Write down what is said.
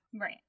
Right